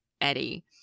eddie